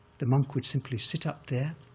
the monk would simply sit up there.